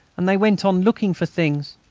and they went on looking for things.